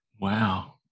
Wow